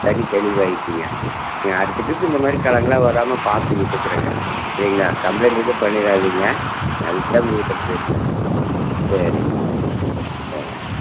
தண்ணி தெளிவாயிக்குங்க நீங்கள் அடுத்த ட்ரிப்பு இந்தமாதிரி கலங்களாக வராமல் பார்த்துவிட்டுக்குருங்க சரிங்களா கம்ப்ளைண்ட் எதுவும் பண்ணிவிடாதீங்க அதுக்குத்தான் உங்கள்கிட்ட கேட்டனே சரிங்க சரிங்க